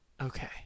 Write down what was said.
Okay